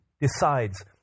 decides